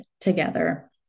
together